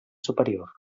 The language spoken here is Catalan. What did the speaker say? superior